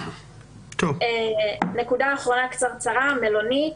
נקודה אחרונה לגבי המלוניות,